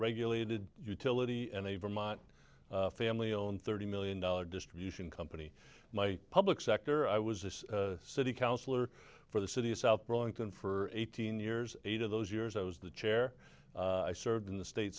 regulated utility and a vermont family on thirty million dollar distribution company my public sector i was a city councillor for the city of south burlington for eighteen years eight of those years i was the chair i served in the state